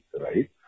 right